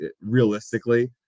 realistically